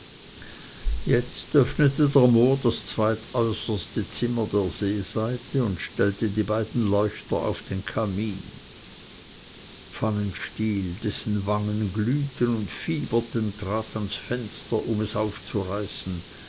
jetzt öffnete der mohr das zweitäußerste zimmer der seeseite und stellte die beiden leuchter auf den kamin pfannenstiel dessen wangen glühten und fieberten trat ans fenster um es aufzureißen